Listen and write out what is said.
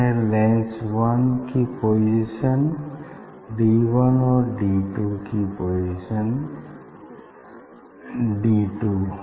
यह है lens one की पोजीशन डी वन और लेंस टू की पोजीशन डी टू